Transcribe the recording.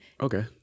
Okay